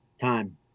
time